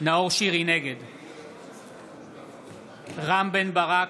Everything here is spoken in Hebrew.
נאור שירי, נגד רם בן ברק,